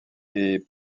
est